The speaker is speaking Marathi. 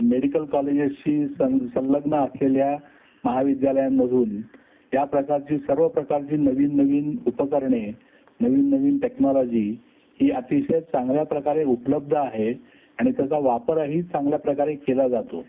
मेडिकल कॉलेजेसशी सं संलग्न असलेल्या महाविद्यालयांमधून या प्रकारची सर्व प्रकारची नवीन नवीन उपकरणे नवीन नवीन टेक्नॉलॉजी ही अतिशय चांगल्या प्रकारे उपलब्ध आहे आणि त्याचा वापरही चांगल्या प्रकारे केला जातो